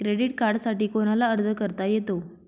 Credit कार्डसाठी कोणाला अर्ज करता येतो?